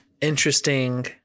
interesting